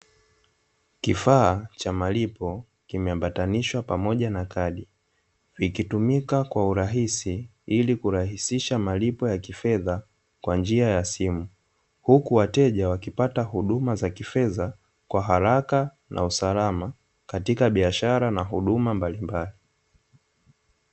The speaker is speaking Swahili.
Kifaa cha malipo kimeambatanishwa pamoja na kadi, vikitumika kwa urahisi ili kurahisisha malipo ya kifedha kwa njia ya simu, huku wateja wakipata huduma za kifedha kwa haraka na usalama katika biashara na huduma mbalimbali.